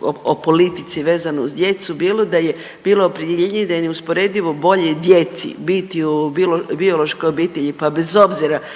o politici vezano uz djecu, bilo da je bilo …/Govornica se ne razumije./… da je neusporedivo bolje djeci biti u biološkoj obitelji pa bez obzira kakve